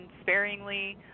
sparingly